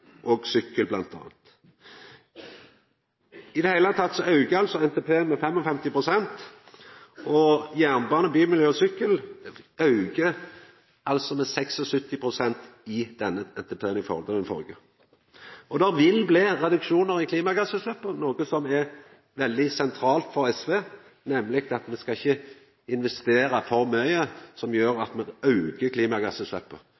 og sykkel. I det heile aukar NTP-en med 55 pst., og jernbane, bymiljø og sykkel aukar med 76 pst. i denne NTP-en i forhold til den førre. Det vil bli reduksjonar i klimagassutsleppet, noko som er veldig sentralt for SV – at me ikkje skal investera for mykje, som gjer